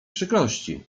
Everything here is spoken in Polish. przykrości